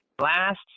last